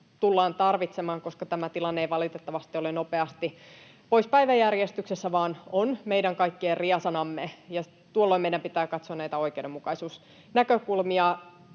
tullaan tarvitsemaan, koska tämä tilanne ei valitettavasti ole nopeasti pois päiväjärjestyksestä vaan on meidän kaikkien riesanamme, ja tuolloin meidän pitää katsoa näitä oikeudenmukaisuusnäkökulmia.